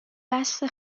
بسه